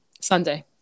Sunday